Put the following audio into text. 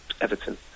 Everton